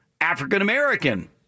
African-American